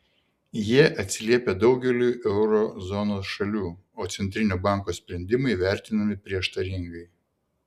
jie atsiliepia daugeliui euro zonos šalių o centrinio banko sprendimai vertinami prieštaringai